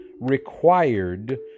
required